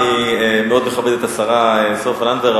אני מאוד מכבד את השרה סופה לנדבר,